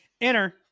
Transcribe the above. enter